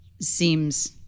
seems